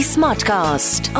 Smartcast